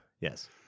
Yes